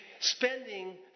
spending